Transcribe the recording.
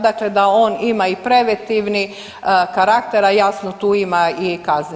Dakle, da on ima i preventivni karakter, a jasno tu ima i kazni.